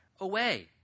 away